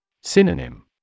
Synonym